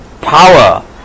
power